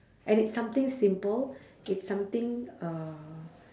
and it's something simple it's something uh